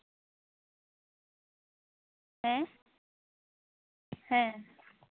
ᱦᱮᱸ ᱦᱮᱸ